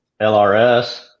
lrs